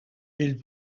ils